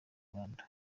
rwanda